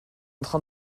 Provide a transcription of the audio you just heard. train